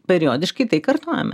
periodiškai tai kartojame